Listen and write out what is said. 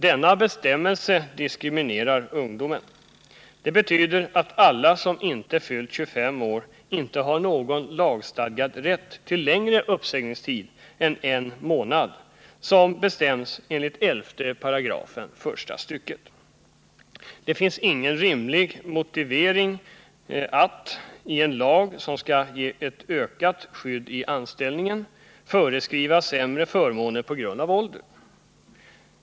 Denna bestämmelse diskriminerar ungdomen. Det betyder att alla som inte fyllt 25 år inte har någon lagstadgad rätt till längre uppsägningstid än en månad, som bestäms enligt 11§, första stycket. Det finns ingen rimlig motivering att, i en lag som skall ge ett ökat skydd i anställningen, föreskriva sämre förmåner på grund av ålder.